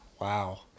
Wow